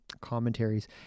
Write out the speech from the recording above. commentaries